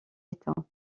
états